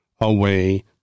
away